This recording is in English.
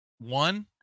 One